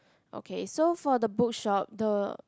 okay so for the book shop the